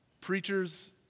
Preachers